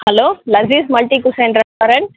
hello Lazeez multi cuisine restaurant